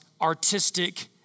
artistic